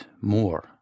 more